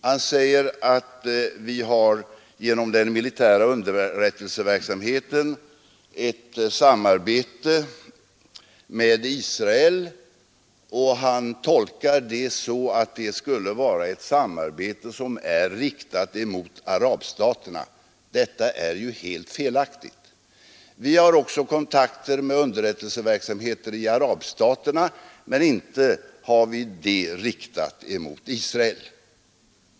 Han säger att vi genom den militära underrättelseverksamheten har ett samarbete med Israel, och han tolkar det så att det skulle vara ett samarbete som är riktat mot arabstater. Detta är helt felaktigt. Vi har också kontakter med underrättelseverksamheter i arabstaterna, men inte innebär det att samarbetet är riktat mot Israel!